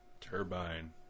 Turbine